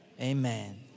Amen